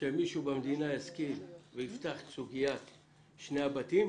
כאשר מישהו במדינה ישכיל ויפתח את סוגיית שני הבתים,